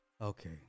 okay